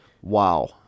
Wow